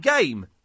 Game